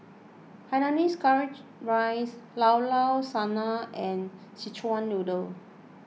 Hainanese Curry Rice Llao Llao Sanum and Szechuan Noodle